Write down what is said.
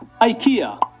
IKEA